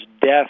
death